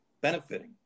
benefiting